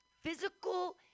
physical